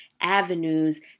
avenues